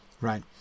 right